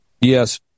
Yes